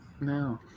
No